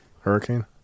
Hurricane